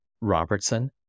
Robertson